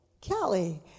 Kelly